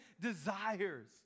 desires